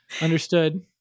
understood